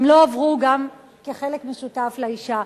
הן לא עברו גם כחלק משותף לאשה.